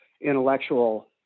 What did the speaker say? intellectual